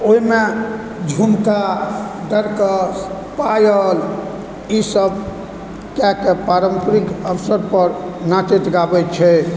ओहिमे झुमका डरकस पायल ई सब कए कऽ पारम्परिक अवसरपर नाचैत गाबै छै